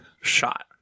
shot